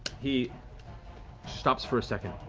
he stops for a second,